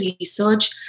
research